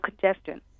congestion